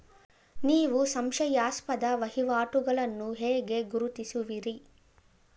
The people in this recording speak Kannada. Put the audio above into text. ನೀವು ಸಂಶಯಾಸ್ಪದ ವಹಿವಾಟುಗಳನ್ನು ಹೇಗೆ ಗುರುತಿಸುವಿರಿ?